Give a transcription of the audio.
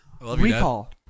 Recall